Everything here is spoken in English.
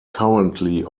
currently